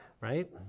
right